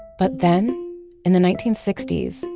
but then in the nineteen sixty s,